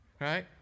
Right